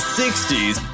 60s